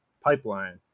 pipeline